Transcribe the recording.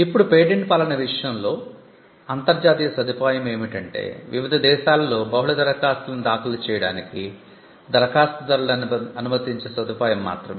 ఇప్పుడు పేటెంట్ పాలన విషయంలో అంతర్జాతీయ సదుపాయం ఏమిటంటే వివిధ దేశాలలో బహుళ దరఖాస్తులను దాఖలు చేయడానికి దరఖాస్తుదారులను అనుమతించే సదుపాయం మాత్రమే